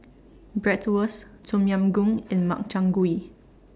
Bratwurst Tom Yam Goong and Makchang Gui